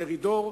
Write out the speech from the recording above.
מרידור,